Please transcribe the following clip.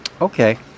Okay